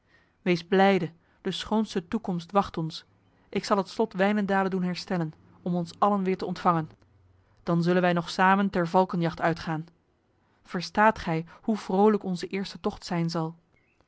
wees blijde de schoonste toekomst wacht ons ik zal het slot wijnendale doen herstellen om ons allen weer te ontvangen dan zullen wij nog samen ter valkenjacht uitgaan verstaat gij hoe vrolijk onze eerste tocht zijn zal